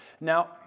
Now